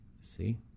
See